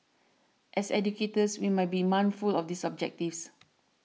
as educators we might be mindful of these objectives